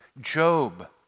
Job